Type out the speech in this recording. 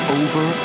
over